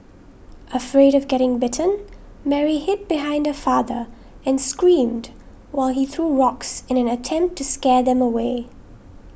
afraid of getting bitten Mary hid behind her father and screamed while he threw rocks in an attempt to scare them away